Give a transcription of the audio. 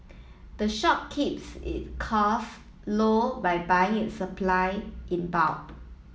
the shop keeps it costs low by buying its supply in bulk